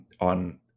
on